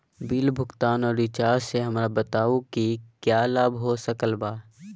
Bill भुगतान और recharge से हमरा बताओ कि क्या लाभ हो सकल बा?